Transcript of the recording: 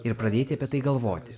ir pradėti apie tai galvoti